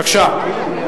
בבקשה.